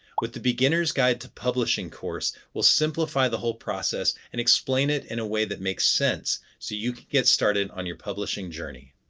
with the beginners guide to publishing course we'll simplify the whole process and explain it and a way that makes sense, so you can get started on your publishing journey.